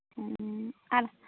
ᱦᱩᱸ ᱟᱨ